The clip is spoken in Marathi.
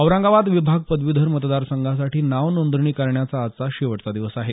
औरंगाबाद विभाग पदवीधर मतदार संघासाठी नाव नोंदणी करण्याचा आजचा शेवटचा दिवस आहे